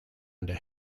under